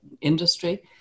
industry